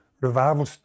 Revival